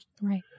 Right